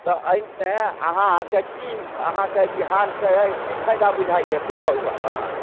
तऽ एहिमे अहाँकेँ की अहाँकेँ बिहारसँ की फायदा बुझाइए से कहू आब अहाँ